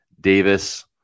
Davis